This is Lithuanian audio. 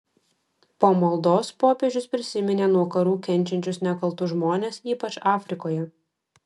po maldos popiežius prisiminė nuo karų kenčiančius nekaltus žmones ypač afrikoje